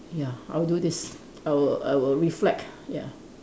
ya I'll do this I will I will reflect ya